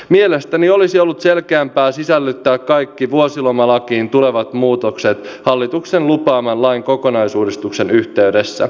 mielestäni olisi ollut selkeämpää sisällyttää kaikki vuosilomalakiin tulevat muutokset hallituksen lupaaman lain kokonaisuudistuksen yhteyteen